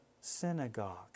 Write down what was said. synagogue